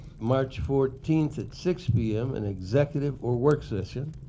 march fourteenth at six p m. an executive or work session.